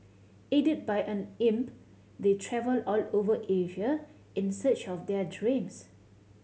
aided by an imp they travel all over Asia in search of their dreams